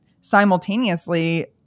simultaneously